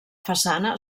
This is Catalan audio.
façana